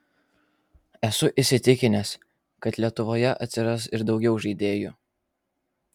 esu įsitikinęs kad lietuvoje atsiras ir daugiau žaidėjų